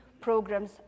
programs